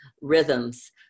rhythms